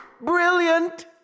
Brilliant